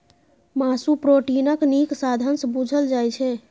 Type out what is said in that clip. मासु प्रोटीनक नीक साधंश बुझल जाइ छै